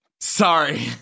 sorry